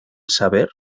saber